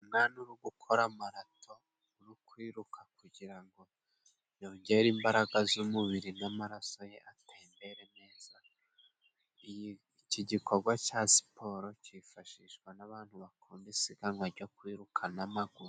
Umwana uri gukora marato uri kwiruka kugira ngo yongere imbaraga z'umubiri, n'amaraso ye atembere neza. Iki gikorwa cya siporo kifashishwa n'abantu bakunda isiganwa jyo kwiruka n'amaguru.